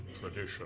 tradition